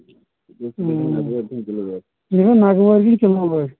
یہِ گوٚو وزن واجیٚنۍ کِلوٗ وٲے